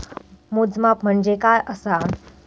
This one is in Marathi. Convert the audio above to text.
मोजमाप म्हणजे काय असा?